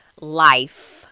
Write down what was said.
life